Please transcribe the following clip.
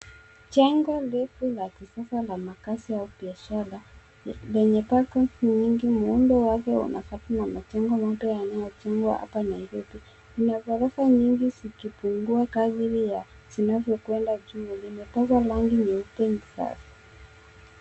Jengo refu la kisasa la makazi au biashara le lenye balcon nyingi. Muundo wake unafanana na jengo mpya yanayojengwa hapa Nairobi. Kuna ghorofa nyingi zikipungua kadiri ya zinavyokwenda juu. Limepakwa rangi nyeupe za.